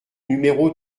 numéro